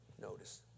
Notice